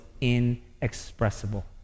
inexpressible